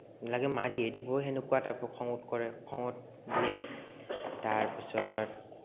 লাগে মাৰিয়েই দিব সেনেকুৱা টাইপৰ খঙত কৰে খঙত দিয়ে তাৰপিছত